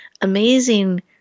amazing